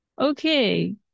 okay